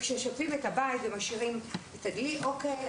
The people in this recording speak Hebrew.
כששוטפים את הבית ומשאירים את הדלי ואני